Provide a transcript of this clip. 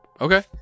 Okay